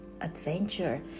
adventure